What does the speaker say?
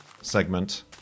segment